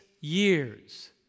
years